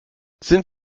sind